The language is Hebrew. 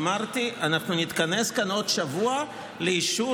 אמרתי: אנחנו נתכנס כאן בעוד שבוע לאישור